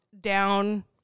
down